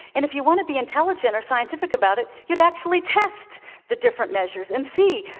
and if you want to be intelligent or scientific about it, you'd actually test the different measures and see,